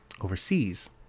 overseas